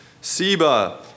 Seba